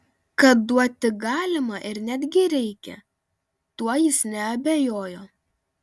kad duoti galima ir netgi reikia tuo jis neabejojo